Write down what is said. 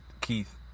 Keith